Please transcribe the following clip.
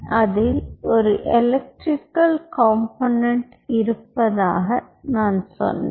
அதில் ஒரு electrical component இருப்பதாக நான் சொன்னேன்